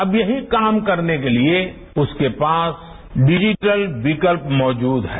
अब यही काम करने के लिए उसके पास डिजिटल विकल्प मौजूद है